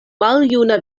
maljuna